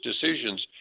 decisions